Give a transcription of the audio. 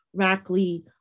Rackley